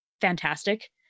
fantastic